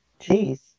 Jeez